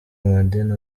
amadini